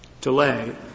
delay